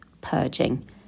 purging